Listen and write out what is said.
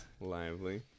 Lively